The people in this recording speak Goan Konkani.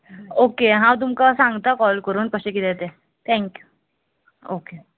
ओके हांव तुमकां सांगतां कॉल करून कशें किदें तें थँक्यू ओके